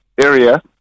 area